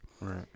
right